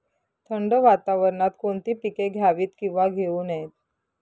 थंड वातावरणात कोणती पिके घ्यावीत? किंवा घेऊ नयेत?